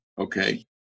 Okay